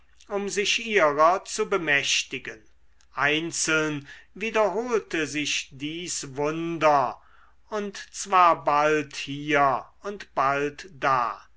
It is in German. um sich ihrer zu bemächtigen einzeln wiederholte sich dies wunder und zwar bald hier und bald da